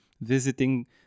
visiting